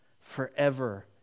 forever